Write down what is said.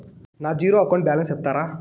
నా zero account balance సెప్తారా?